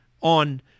on